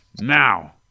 Now